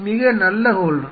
மிக நல்ல ஹோல்டெர்